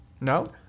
No